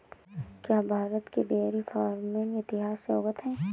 क्या आप भारत के डेयरी फार्मिंग इतिहास से अवगत हैं?